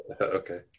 Okay